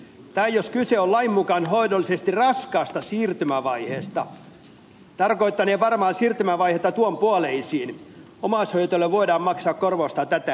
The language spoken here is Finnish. tai jos kyse on lain mukaan hoidollisesti raskaasta siirtymävaiheesta tarkoittanee varmaan siirtymävaihetta tuonpuoleisiin omaishoitajalle voidaan maksaa korvausta tätä enemmän